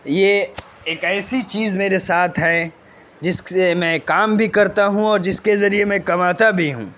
یہ ایک ایسی چیز میرے ساتھ ہے جس سے میں کام بھی کرتا ہوں اور جس کے ذریعے میں کماتا بھی ہوں